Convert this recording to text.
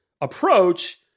approach